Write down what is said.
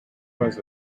was